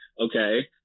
Okay